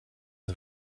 the